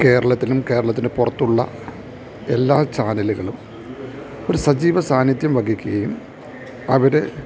കേരളത്തിലും കേരളത്തിന് പുറത്തുള്ള എല്ലാ ചാനലുകളും ഒരു സജീവസാന്നിദ്ധ്യം വഹിക്കുകയും അവര്